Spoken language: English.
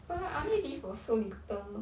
but like I only live for so little